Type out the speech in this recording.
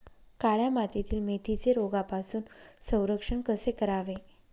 काळ्या मातीतील मेथीचे रोगापासून संरक्षण कसे करावे?